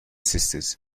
sisters